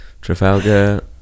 Trafalgar